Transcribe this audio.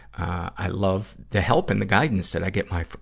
i love the help and the guidance that i get my, ah,